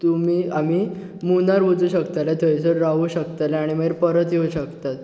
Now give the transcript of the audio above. तुमी आमी मुनार वचूं शकतलें थंय सर रावूं शकतलें आनी मागीर परत येवं शकतात